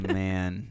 man